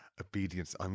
Obedience